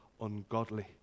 ungodly